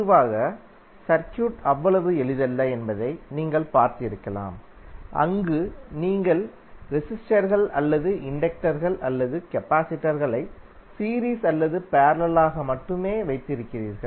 பொதுவாக சர்க்யூட் அவ்வளவு எளிதல்ல என்பதை நீங்கள் பார்த்திருக்கலாம் அங்கு நீங்கள் ரெசிஸ்டர்கள் அல்லது இண்டக்டர்கள் அல்லது கபாசிடர்களை சீரீஸ் அல்லது பேரலல் ஆக மட்டுமே வைத்திருக்கிறீர்கள்